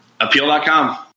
Appeal.com